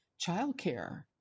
childcare